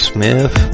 Smith